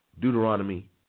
Deuteronomy